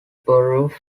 borough